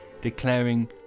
declaring